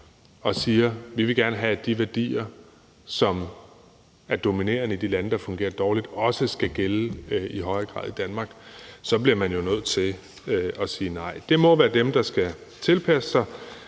vil have, at de værdier, som er dominerende i de lande, der fungerer dårligt, også skal gælde i højere grad i Danmark, bliver man jo nødt til at sige nej. Det må være dem, der skal tilpasse sig,